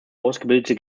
ausgebildete